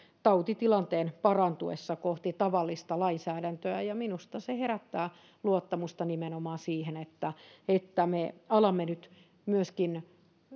tautitilanteen parantuessa kohti tavallista lainsäädäntöä minusta se herättää luottamusta nimenomaan siihen että että me alamme nyt myöskin